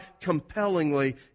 compellingly